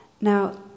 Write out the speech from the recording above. Now